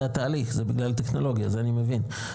זה התהליך זה בגלל הטכנולוגיה זה אני מבין,